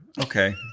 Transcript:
Okay